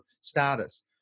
status